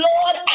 Lord